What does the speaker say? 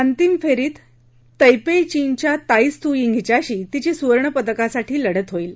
अंतीम फेरीत तैपेई चीनच्या ताई त्सु यींग हिच्याशी तिची सुवर्णपदकासाठी लढत होईल